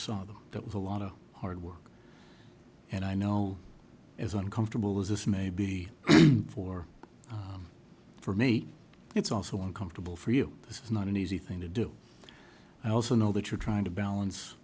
that that was a lot of hard work and i know as uncomfortable as this may be for for me it's also uncomfortable for you this is not an easy thing to do i also know that you're trying to balance